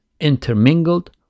intermingled